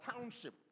township